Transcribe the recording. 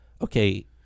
okay